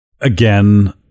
Again